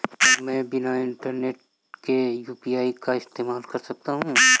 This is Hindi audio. क्या मैं बिना इंटरनेट के यू.पी.आई का इस्तेमाल कर सकता हूं?